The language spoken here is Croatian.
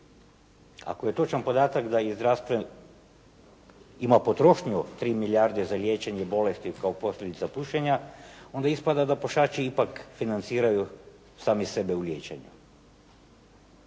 Ako je točan podatak da i zdravstvo ima potrošnju 3 milijarde za liječenje bolesti kao posljedica pušenja, onda ispada da pušači ipak financiraju sami sebe u liječenju.